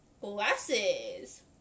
glasses